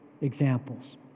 examples